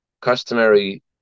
customary